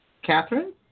Catherine